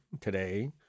today